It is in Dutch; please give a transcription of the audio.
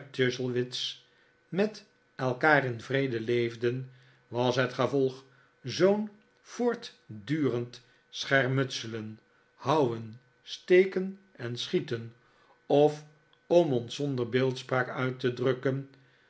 chuzzlewit's met elkaar in vrede leefden was het gevolg zoo'n voortdurend scheknutselen houwen steken en schieten of om ons zonder beeldspraak uit te drukken